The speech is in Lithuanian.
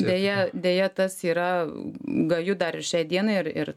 deja deja tas yra gaju dar ir šiai dienai ir ir